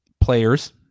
players